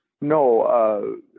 No